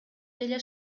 деле